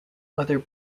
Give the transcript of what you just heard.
other